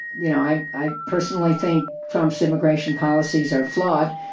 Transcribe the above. you know, i i personally think trump's immigration policies are flawed,